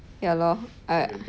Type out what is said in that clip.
ya lor I